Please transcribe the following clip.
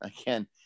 again